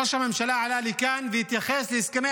ראש הממשלה עלה לכאן והתייחס להסכמי